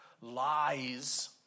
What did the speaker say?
lies